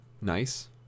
nice